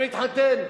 רוצה להתחתן.